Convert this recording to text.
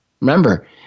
Remember